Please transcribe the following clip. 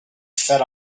fed